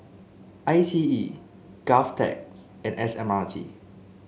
I T E Govtech and S M R T